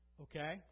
Okay